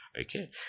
Okay